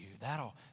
That'll